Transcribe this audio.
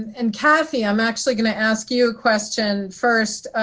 and kathy, i am actually going to ask you a question first.